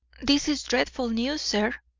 this is dreadful news, sir.